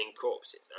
corpses